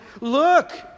Look